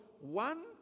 one